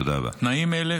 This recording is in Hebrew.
תודה רבה.